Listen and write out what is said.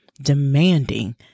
demanding